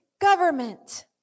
government